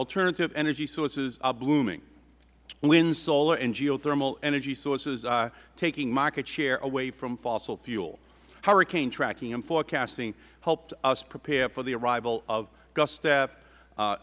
alternative energy sources are looming wind solar and geothermal energy sources are taking market share away from fossil fuel hurricane tracking and forecasting helped us prepare for the arrival of